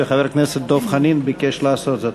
וחבר הכנסת דב חנין ביקש לעשות זאת.